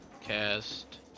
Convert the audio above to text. cast